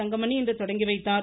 தங்கமணி இன்று தொடங்கிவைத்தார்